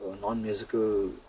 non-musical